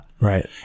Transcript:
right